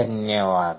धन्यवाद